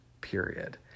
period